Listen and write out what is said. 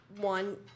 one